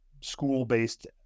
school-based